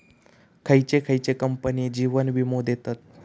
खयचे खयचे कंपने जीवन वीमो देतत